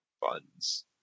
funds